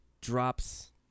drops